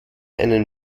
einen